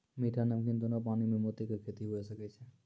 मीठा, नमकीन दोनो पानी में मोती के खेती हुवे सकै छै